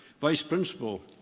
vice principal,